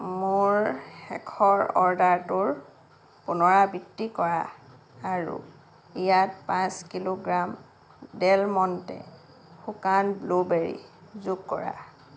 মোৰ শেষৰ অৰ্ডাৰটোৰ পুনৰাবৃত্তি কৰা আৰু ইয়াত পাঁচ কিলোগ্ৰাম ডেৰ মণ্টে শুকাণ ব্লুবেৰি যোগ কৰা